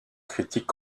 critique